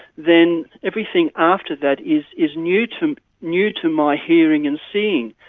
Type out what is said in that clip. then everything after that is is new to new to my hearing and seeing.